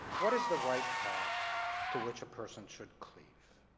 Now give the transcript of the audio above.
what is the right path to which a person should cleave?